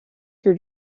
think